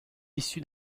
issu